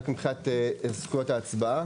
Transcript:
רק מבחינת זכויות ההצבעה?